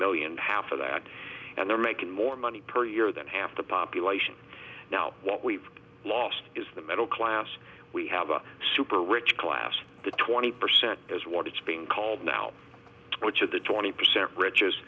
million half of that and they're making more money per year than half the population now what we've lost is the middle class we have a super rich class the twenty percent is what it's being called now which of the twenty percent riches